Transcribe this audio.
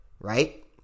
right